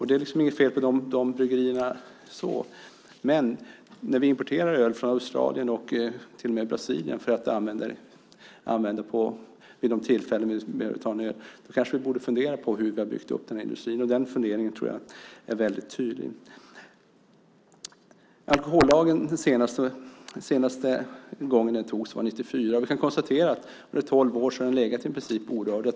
Det är inget fel på dem, men när vi importerar öl från Australien, och till och med från Brasilien, för att dricka det vid tillfällen då vi vill ta en öl borde vi kanske fundera på hur vi byggt upp bryggeriindustrin. En sådan fundering skulle, tror jag, tydligt visa hur det är. Den senaste alkohollagen är från 1994. Vi kan konstatera att den under tolv år legat i princip orörd.